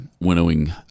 winnowing